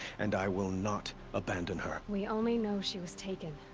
and i will not. abandon her. we only know she was taken.